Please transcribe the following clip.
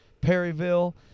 perryville